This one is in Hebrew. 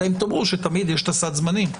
אלא אם תאמרו שתמיד יש סד הזמנים.